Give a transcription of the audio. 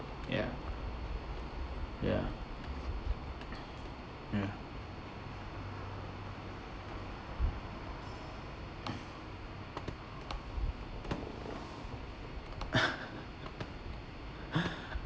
ya ya ya